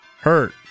hurt